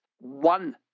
one